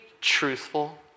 truthful